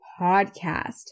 podcast